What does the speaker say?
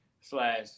slash